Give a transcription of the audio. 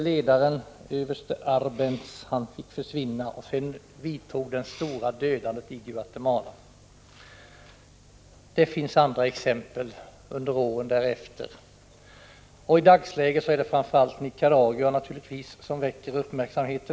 Ledaren, överste Arbenz, fick lov att försvinna, och sedan vidtog det omfattande dödandet i Guatemala. Det finns andra exempel från åren = Prot. 1985/86:37 därefter. 27 november 1985 I dagsläget är det naturligtvis framför allt Nicaragua som väcker uppmärk =S samhet.